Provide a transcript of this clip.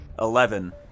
Eleven